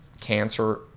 cancer